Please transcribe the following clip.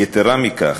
יתרה מכך,